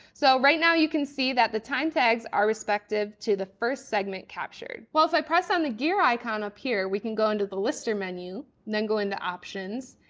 so right now you can see that the time tags are respective to the first segment captured. well, if i press on the gear icon up here we can go into the lister menu, then go into options.